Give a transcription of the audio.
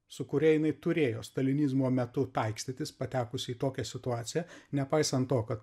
su kuria jinai turėjo stalinizmo metu taikstytis patekusi į tokią situaciją nepaisant to kad